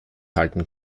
halten